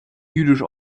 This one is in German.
jüdisch